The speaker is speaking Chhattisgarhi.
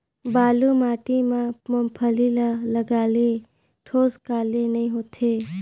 बालू माटी मा मुंगफली ला लगाले ठोस काले नइ होथे?